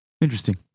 Interesting